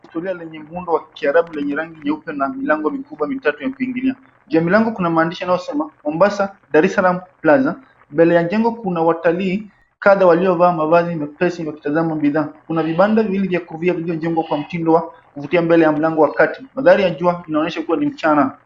Kihistoria lenye muundo wa kiarabu lenye rangi nyeupe na milango mikubwa mitatu ya kuingilia juu ya milango kuna maandishi yanayosema Mombasa Daresalam Plaza. Mbele ya jengo kuna watalii kadha waliovaa mavazi mepesi wakitazama bidhaa. Kuna vibanda viwili vya kofia viliyojengwa kwa mtindo wa kuvutia kwa mlango wa kati. Mandhari yakiwa inaonyesha kua ni mchana.